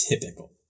typical